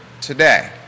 today